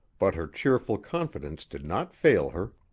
but her cheerful confidence did not fail her.